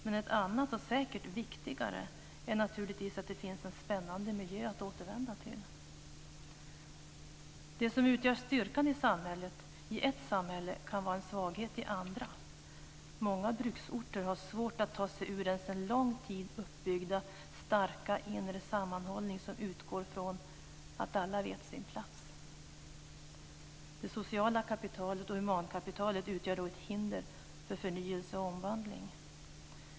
Men ett annat och säkert viktigare är naturligtvis att det finns en spännande miljö att återvända till. Det som utgör styrkan i ett samhälle kan vara en svaghet i ett annat. Många bruksorter har svårt att ta sig ur den sedan lång tid uppbyggda starka inre sammanhållning som utgår från att alla vet sin plats. Det sociala kapitalet och humankapitalet utgör ett hinder för förnyelse och omvandling.